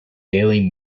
daily